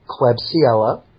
Klebsiella